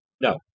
no